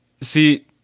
See